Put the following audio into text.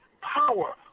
power